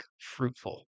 Fruitful